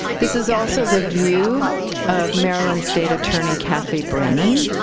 this is also the view of maryland state attorney kathy brannon,